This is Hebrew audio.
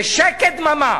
ושקט דממה.